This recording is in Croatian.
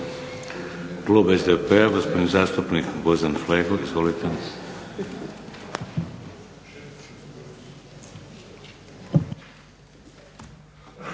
Hvala vam